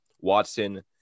Watson